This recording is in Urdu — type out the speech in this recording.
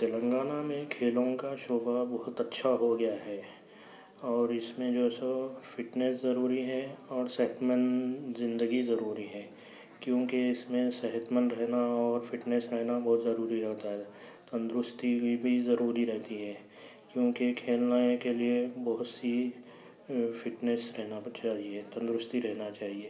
تلنگانہ میں کھیلوں کا شعبہ بہت اچھا ہوگیا ہے اور اِس میں جو سو فٹنیس ضروری ہے اور صحتمند زندگی ضروری ہے کیوں کہ اِس میں صحت مند رہنا اور فٹنیس رہنا بہت ضروری ہوتا ہے تندرستی بھی بھی ضروری رہتی ہے کیونکہ کھیلنا یہ کے لئے بہت سی فٹنیس رہنا چاہئے تندرستی رہنا چاہئے